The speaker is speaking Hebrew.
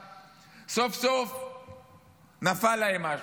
מהקואליציה סוף-סוף נפל להם משהו.